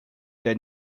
the